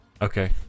Okay